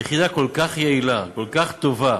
היא יחידה כל כך יעילה, כל כך טובה,